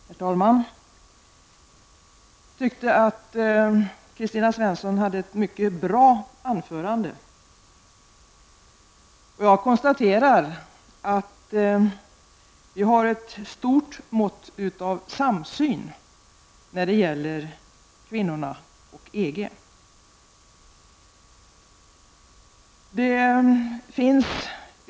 Herr talman! Jag tyckte att Kristina Svensson höll ett mycket bra anförande. Jag konstaterar att vi har ett stort mått av samsyn när det gäller kvinnorna och EG.